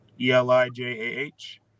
E-L-I-J-A-H